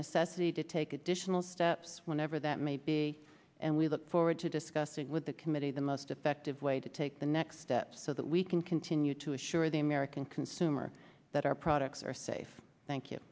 necessity to take additional steps whenever that may be and we look forward to discussing with the committee the most effective way to take the next step so that we can continue to assure the american consumer that our products are safe thank you